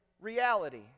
reality